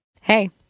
Hey